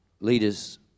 leaders